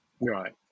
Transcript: Right